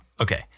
okay